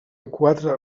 quatre